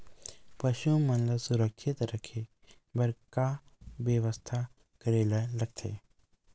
पशु मन ल सुरक्षित रखे बर का बेवस्था करेला लगथे?